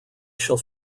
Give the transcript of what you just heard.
shall